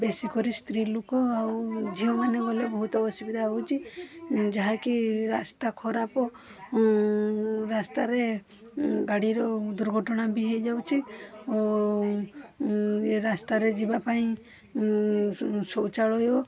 ବେଶୀକରି ସ୍ତ୍ରୀ ଲୋକ ଆଉ ଝିଅ ମାନେ ଗଲେ ବହୁତ ଅସୁବିଧା ହେଉଛି ଯାହା କି ରାସ୍ତା ଖରାପ ରାସ୍ତାରେ ଗାଡ଼ିର ଦୁର୍ଘଟଣା ବି ହେଇ ଯାଉଛି ଓ ଏ ରାସ୍ତାରେ ଯିବା ପାଇଁ ଶୌଚାଳୟ